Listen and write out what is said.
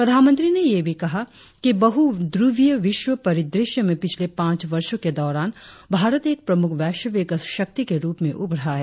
प्रधानमंत्री ने यह भी कहा कि बहुध्रवीय विश्व परिदृश्य में पिछले पांच वर्षों के दौरान भारत एक प्रमुख वैश्विक शक्ति के रुप में उभरा है